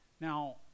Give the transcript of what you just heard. now